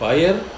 Fire